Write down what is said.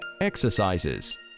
Exercises